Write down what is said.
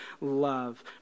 love